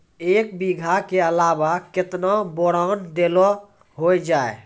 एक बीघा के अलावा केतना बोरान देलो हो जाए?